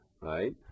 right